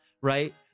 right